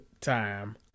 time